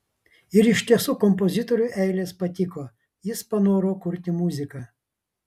ir iš tiesų kompozitoriui eilės patiko jis panoro kurti muziką